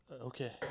Okay